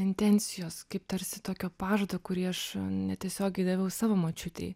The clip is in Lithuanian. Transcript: intencijos kaip tarsi tokio pažado kurį aš netiesiogiai daviau savo močiutei